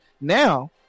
Now